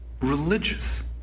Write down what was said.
religious